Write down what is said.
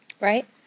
Right